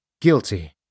guilty